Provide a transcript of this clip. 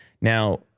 now